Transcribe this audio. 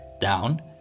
down